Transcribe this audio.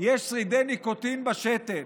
יש שרידי ניקוטין בשתן.